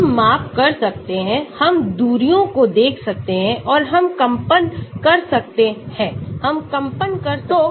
हम माप कर सकते हैं हम दूरियों को देख सकते हैं और हम कंपन कर सकते हैं हम कंपन कर सकते हैं